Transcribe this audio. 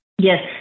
Yes